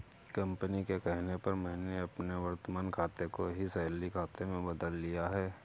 company के कहने पर मैंने अपने वर्तमान खाते को ही सैलरी खाते में बदल लिया है